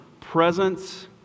presence